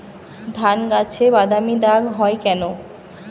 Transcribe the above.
ধানগাছে বাদামী দাগ হয় কেন?